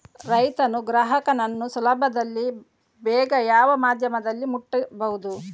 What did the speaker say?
ರೈತನು ಗ್ರಾಹಕನನ್ನು ಸುಲಭದಲ್ಲಿ ಬೇಗ ಯಾವ ಮಾಧ್ಯಮದಲ್ಲಿ ಮುಟ್ಟಬಹುದು?